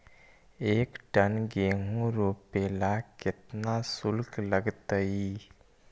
एक टन गेहूं रोपेला केतना शुल्क लगतई?